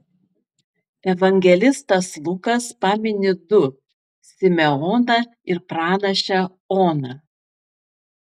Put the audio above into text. evangelistas lukas pamini du simeoną ir pranašę oną